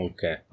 Okay